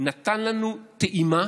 נתן לנו טעימה